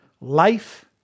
life